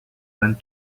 went